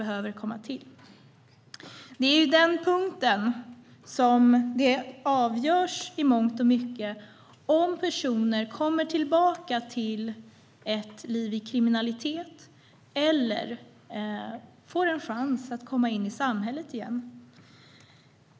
Det är vid den punkten som det i mångt och mycket avgörs om personer kommer tillbaka till ett liv i kriminalitet eller får en chans att komma in i samhället igen.